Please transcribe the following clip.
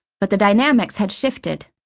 but the dynamics had shifted.